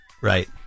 Right